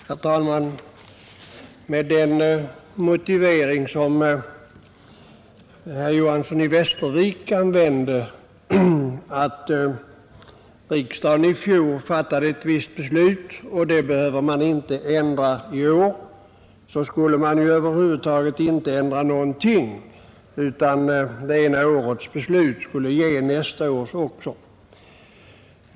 Herr talman! Med den motivering som herr Johanson i Västervik använde — att riksdagen i fjol fattade ett visst beslut, som man därför inte behöver ändra i år — skulle man ju över huvud taget inte ändra något, utan det ena årets beslut skulle ge nästa års också.